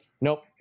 Nope